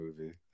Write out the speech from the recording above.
movie